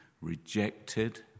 rejected